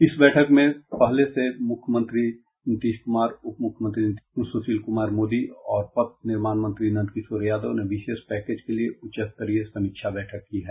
इस बैठक से पहले मुख्यमंत्री नीतीश कुमार उप मुख्यमंत्री सुशील कुमार मोदी और पथ निर्माण मंत्री नंदकिशोर यादव ने विशेष पैकेज के लिए उच्चस्तरीय समीक्षा बैठक की है